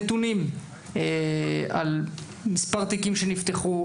נתונים על מספר תיקים שנפתחו.